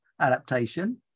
adaptation